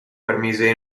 permise